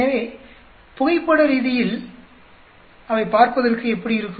எனவே புகைப்பட ரீதியில் அவை பார்ப்பதற்கு எப்படி இருக்கும்